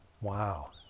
Wow